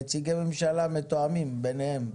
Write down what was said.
נציגי הממשלה מתואמים ביניהם.